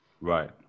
right